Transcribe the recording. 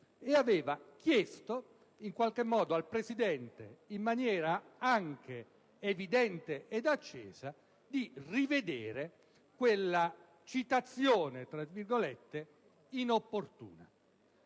ha chiesto al Presidente, in maniera anche evidente ed accesa, di rivedere quella citazione, tra virgolette, inopportuna.